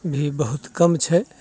भी बहुत कम छै